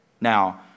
Now